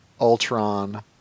Ultron